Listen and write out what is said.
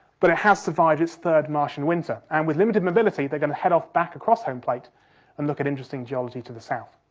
but it has survived its third martian winter. and, with limited mobility, they're going to head off back across home plate and look at interesting geology to the south.